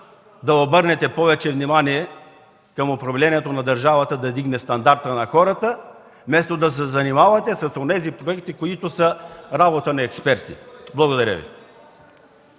да обърнете повече внимание на управлението на държавата да вдигне стандарта на хората, вместо да се занимавате с онези проекти, които са работа на експерти. Благодаря Ви.